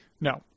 No